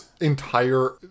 entire